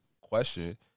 question